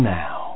now